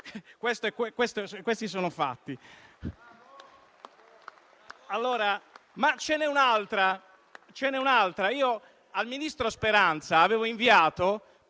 Questi sono i fatti.